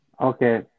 Okay